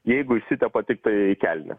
jeigu išsitepa tiktai kelnes